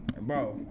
bro